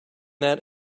that